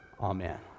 Amen